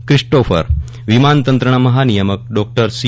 Christopher વીમાનતંત્રના મહાનિયામક doctor C